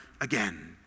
again